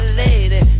lady